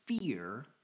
fear